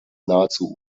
nahezu